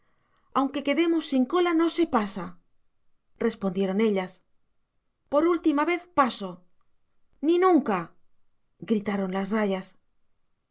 aunque quedemos sin cola no se pasa respondieron ellas por última vez paso ni nunca gritaron las rayas